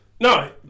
no